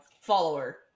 follower